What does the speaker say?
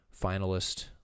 finalist